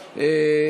34, אין נמנעים.